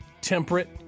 temperate